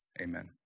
Amen